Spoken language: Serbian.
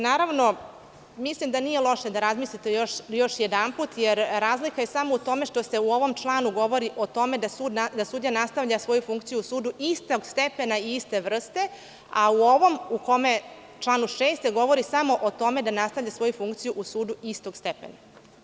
Naravno, mislim da nije loše da još jednom razmislite, jer razlika je samo u tome što se u ovom članu govori o tome da sudija nastavlja svoju funkciju u sudu istog stepena i iste vrste, a u ovom članu 6. govori samo o tome da nastavi svoju funkciju u sudu istog stepena.